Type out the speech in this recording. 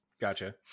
Gotcha